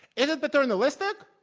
it it paternalistic?